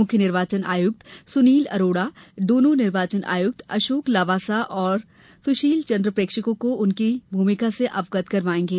मुख्य निर्वाचन आयक्त सुनील अरोड़ा दोनों निर्वाचन आयुक्त अशोक लवासा और सुशील चन्द्र प्रेक्षकों को उनकी भूमिका से अवगत कराएंगे